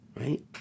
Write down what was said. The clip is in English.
Right